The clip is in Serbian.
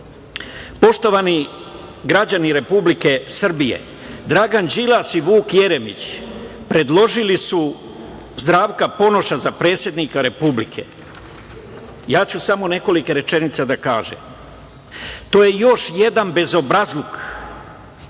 Beograda. Poštovani građani Republike Srbije, Dragan Đilas i Vuk Jeremić, predložili su Zdravka Ponoša za predsednika Republike. Samo nekoliko rečenica ću da kažem, to je još jedan bezobrazluk